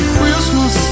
Christmas